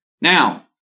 Now